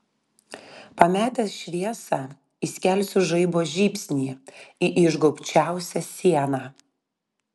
pametęs šviesą įskelsiu žaibo žybsnį į išgaubčiausią sieną